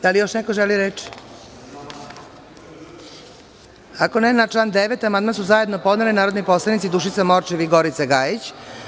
Da li još neko želi reč? (Ne.) Na član 9. amandman su zajedno podnele narodni poslanici Dušica Morčev i Gorica Gajić.